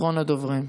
אחרון הדוברים,